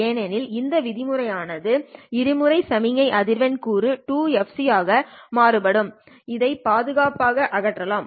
ஏனெனில் இந்த விதிமுறை ஆனது இரு முறை சமிக்ஞை அதிர்வெண் கூறு 2fc ஆக மாறுபடும் இதை பாதுகாப்பாக அகற்றலாம்